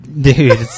Dude